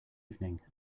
evening